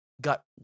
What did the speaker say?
got